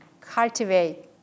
cultivate